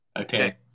Okay